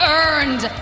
earned